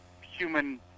human